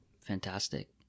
Fantastic